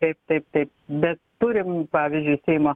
taip taip taip bet turim pavyzdžiui seimo